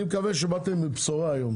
אני מקווה שבאתם עם בשורה היום